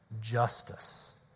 justice